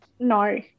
No